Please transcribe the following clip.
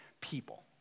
people